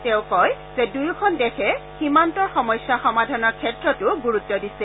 তেওঁ কয় যে দুয়োখন দেশে সীমান্তৰ সমস্যা সমাধানৰ ক্ষেত্ৰতো গুৰুত্ব দিছে